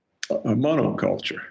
monoculture